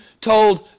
told